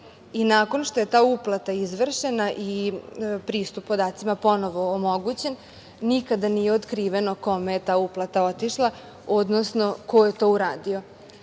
Nakon što je ta uplata izvršena i pristup podacima ponovo omogućen, nikada nije otkriveno kome je ta uplata otišla, odnosno ko je to uradio